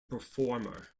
performer